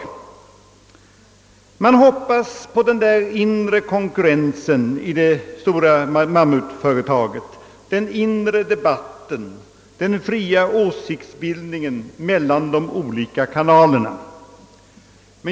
Vidare har man sagt, att man litar till den inre konkurrensen i mammutföretaget, till den inre debatten och den fria åsiktsbildningen i de olika kanalerna.